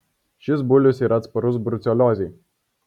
šis bulius yra atsparus bruceliozei